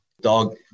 dog